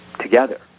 together